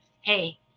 Hey